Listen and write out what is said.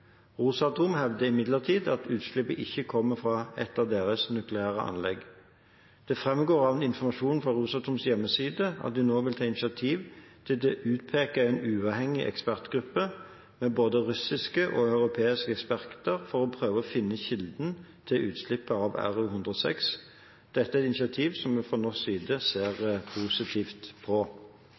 Rosatom hevder imidlertid at utslippet ikke kommer fra et av deres nukleære anlegg. Det fremgår av informasjon fra Rosatoms hjemmeside at de nå vil ta initiativ til å utpeke en uavhengig ekspertgruppe med både russiske og europeiske eksperter for å prøve å finne kilden til utslippet av Ru-106. Dette er et initiativ som vi fra norsk side ser positivt på.